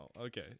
okay